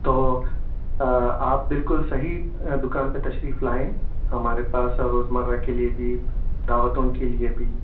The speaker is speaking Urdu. تو آپ بالکل صحیح دکان پہ تشریف لائے ہمارے پاس روزمرہ کے لیے بھی دعوتوں کے لیے بھی